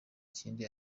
kindi